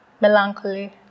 melancholy